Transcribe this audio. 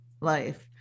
life